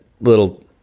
little